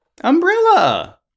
Umbrella